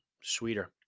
sweeter